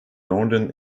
northern